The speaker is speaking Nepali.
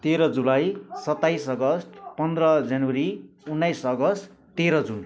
तेह्र जुलाई सताइस अगस्त पन्ध्र जनवरी उन्नाइस अगस्त तेह्र जुन